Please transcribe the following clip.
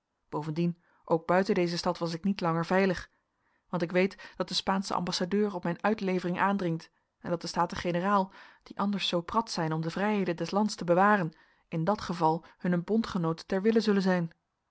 bovendien ook buiten deze stad was ik niet langer veilig want ik weet dat de spaansche ambassadeur op mijn uitlevering aandringt en dat de staten-generaal die anders zoo prat zijn om de vrijheden des lands te bewaren in dat geval hunnen bondgenoot ter wille zullen zijn